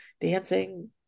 dancing